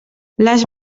les